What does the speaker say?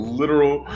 literal